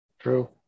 True